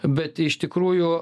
bet iš tikrųjų